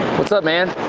what's up, man?